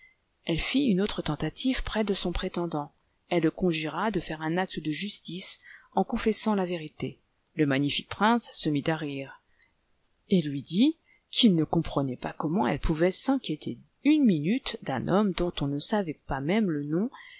elle fit une autre tentative près de son prétendant elle le conjura de faire un acte de justice en confessant la vérité le magnifique prince se mit à rire et lui dit qu'il ne comprenait pas comment elle pouvait s'inquiéter une minute d'un homme dont on ne savait pas même le nom